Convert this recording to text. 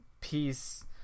peace